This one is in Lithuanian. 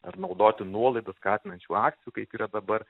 ar naudoti nuolaida skatinančių akcijų kaip yra dabar